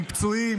עם פצועים,